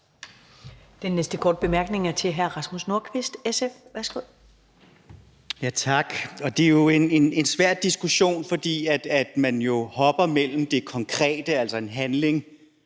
Den næste korte bemærkning er til hr. Rasmus Nordqvist, SF. Værsgo. Kl. 19:02 Rasmus Nordqvist (SF): Tak. Det er jo en svær diskussion, fordi man jo hopper mellem det konkrete, altså en handling,